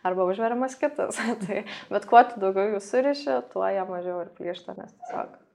arba užveriamas kitas tai bet kuo tu daugiau jų suriši tuo jie mažiau ir plyšta nes tiesiog